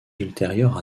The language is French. ultérieures